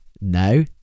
No